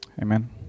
Amen